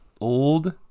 old